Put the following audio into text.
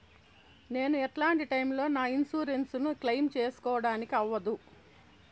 నేను ఎట్లాంటి టైములో నా ఇన్సూరెన్సు ను క్లెయిమ్ సేసుకోవడానికి అవ్వదు?